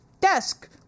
desk